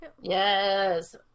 yes